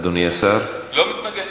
--- לדבר.